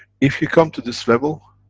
if you come to this level,